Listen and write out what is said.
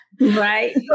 right